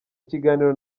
kiganiro